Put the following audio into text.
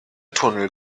tunnel